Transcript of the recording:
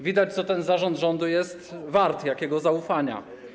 Widać, co ten zarząd rządu jest wart, jakiego zaufania.